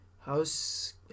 house